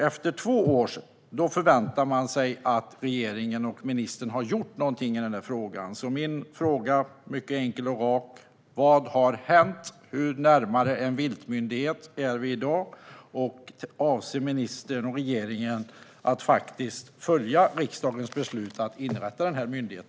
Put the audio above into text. Efter två år förväntar man sig att regeringen och ministern har gjort någonting i frågan. Min mycket enkla och raka fråga är: Vad har hänt? Hur mycket närmare en viltmyndighet är vi i dag? Och avser ministern och regeringen att faktiskt följa riksdagens beslut om att inrätta denna myndighet?